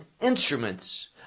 instruments